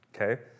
okay